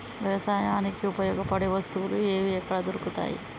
వ్యవసాయానికి ఉపయోగపడే వస్తువులు ఏవి ఎక్కడ దొరుకుతాయి?